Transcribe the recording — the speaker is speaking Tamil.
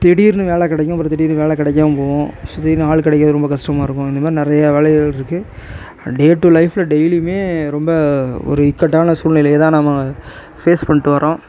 திடீர்னு வேலை கிடைக்கும் அப்புறம் திடீர்னு வேலை கிடைக்காம போகும் திடீர்னு ஆள் கிடைக்காது ரொம்ப கஷ்டமாகருக்கும் இது மாதிரி நிறைய வேலைகள் இருக்குது டே டூ லைஃபில் டெய்லியுமே ரொம்ப ஒரு இக்கட்டான சூழ்நிலையை தான் நாம் ஃபேஸ் பண்ணிட்டு வரோம்